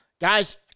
Guys